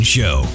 Show